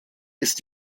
ist